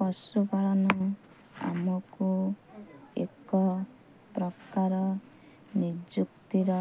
ପଶୁପାଳନ ଆମକୁ ଏକ ପ୍ରକାର ନିଯୁକ୍ତିର